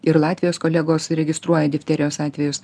ir latvijos kolegos registruoja difterijos atvejus